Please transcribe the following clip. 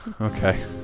okay